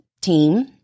team